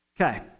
Okay